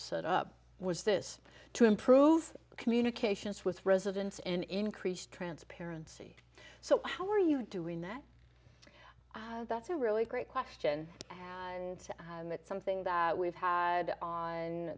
set up was this to improve communications with residents and increase transparency so how are you doing that that's a really great question and it's something that we've had on